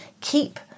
keep